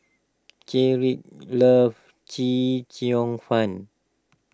Cedrick loves Chee Cheong Fun